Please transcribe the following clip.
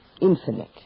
infinite